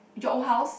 your old house